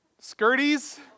Skirties